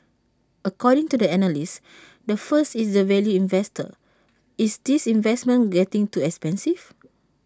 according to the analyst the first is the value investor is this investment getting too expensive